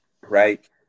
Right